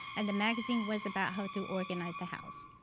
and the magazine was about how to organize the house.